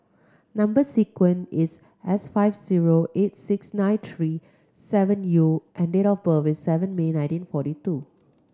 number sequence is S five zero eight six nine three seven U and date of birth is seven May nineteen forty two